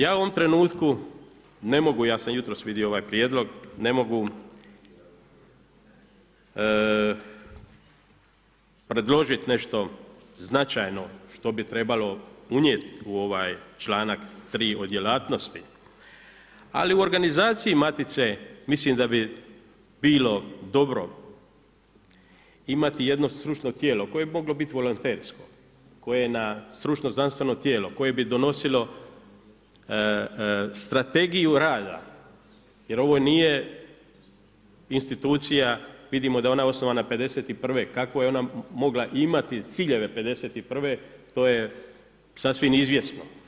Ja u ovom trenutku, ne mogu, ja sam jutros vidio ovaj prijedlog, ne mogu predložiti nešto značajno što bi trebalo unijet u ovaj članak 3. o djelatnosti ali u organizaciji Matice, mislim da bi bilo dobro imati jedno stručno tijelo koje bi moglo biti volontersko, to je stručno znanstveno tijelo koje bi donosilo strategiju rada jer ovo nije institucija, vidimo da je ona osnovana '51., kako je ona mogla imati ciljeve '51., to je sasvim izvjesno.